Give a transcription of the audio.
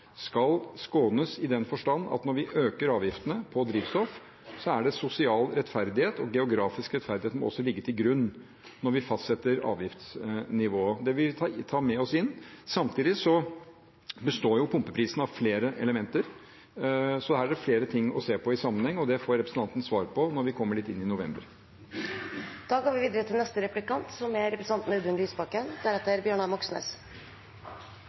skal skånes, i den forstand at når vi øker avgiftene på drivstoff, er det sosial rettferdighet og geografisk rettferdighet som må ligge til grunn når vi fastsetter avgiftsnivået. Det vil vi ta med oss inn. Samtidig består jo pumpeprisen av flere elementer. Så her er det flere ting å se på i sammenheng, og det får representanten svar på når vi kommer litt inn i november. La meg først få benytte denne anledningen til